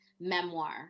Memoir